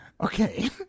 Okay